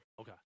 Okay